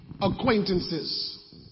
acquaintances